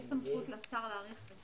יש סמכות להאריך.